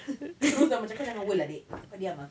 terus dah macam kau jangan world ah dik kau diam ah